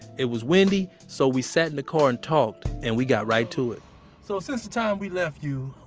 it was windy, so we sat in the car and talked, and we got right to it so since the time we left you,